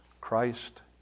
Christ